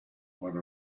one